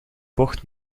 bocht